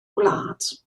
gwlad